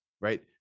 right